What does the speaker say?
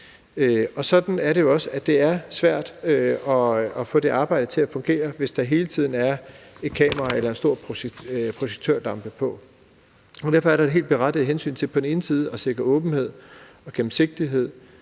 at arbejde sammen. Og det er svært at få det arbejde til at fungere, hvis der hele tiden er et kamera eller en stor projektør på. Og derfor er der jo et helt berettiget hensyn til på den ene side at sikre åbenhed og gennemsigtighed